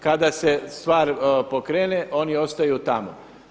Kada se stvar pokrene oni ostaju tamo.